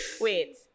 wait